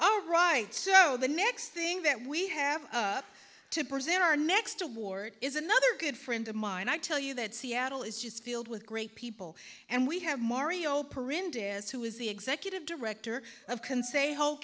all right so the next thing that we have to present our next award is another good friend of mine i tell you that seattle is just filled with great people and we have mario parin dance who is the executive director of can say